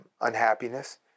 unhappiness